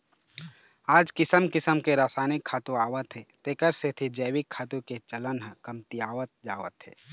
आज किसम किसम के रसायनिक खातू आवत हे तेखर सेती जइविक खातू के चलन ह कमतियावत जावत हे